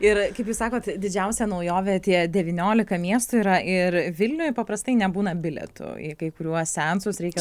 ir kaip jūs sakot didžiausia naujovė tie devyniolika miestų yra ir vilniuj paprastai nebūna bilietų į kai kuriuos seansus reikia